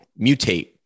mutate